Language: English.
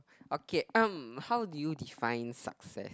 okay um how do you define success